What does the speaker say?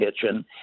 kitchen